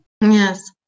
Yes